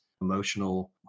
emotional